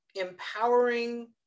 empowering